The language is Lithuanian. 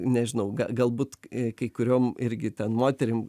nežinau galbūt kai kuriom irgi ten moterim